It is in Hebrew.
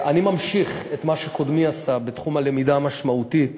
אני ממשיך את מה שקודמי עשה בתחום הלמידה המשמעותית,